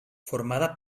formada